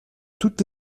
toutes